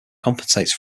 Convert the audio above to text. compensates